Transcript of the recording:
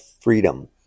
freedom